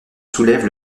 soulève